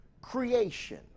creation